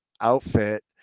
outfit